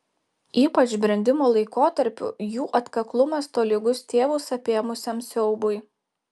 ypač brendimo laikotarpiu jų atkaklumas tolygus tėvus apėmusiam siaubui